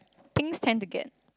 things tend to get